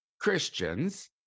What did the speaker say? Christians